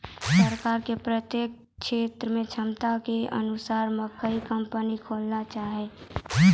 सरकार के प्रत्येक क्षेत्र मे क्षमता के अनुसार मकई कंपनी खोलना चाहिए?